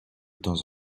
temps